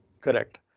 Correct